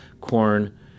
corn